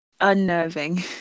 unnerving